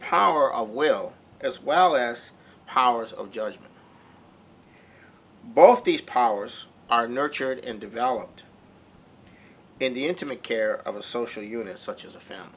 power of will as well as powers of judgment both these powers are nurtured and developed in the intimate care of a social unit such as a family